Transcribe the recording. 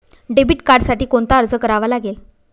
Debit कार्डसाठी कोणता अर्ज करावा लागेल?